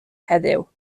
heddiw